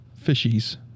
fishies